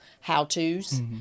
how-tos